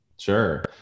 Sure